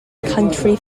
country